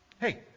Hey